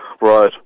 Right